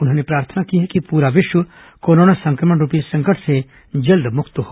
उन्होंने प्रार्थना की है कि प्रा विश्व कोरोना संक्रमण रुपी संकट से जल्द मुक्त हो